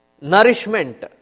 nourishment